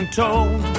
told